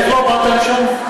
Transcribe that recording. איך לא באת לשם?